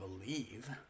believe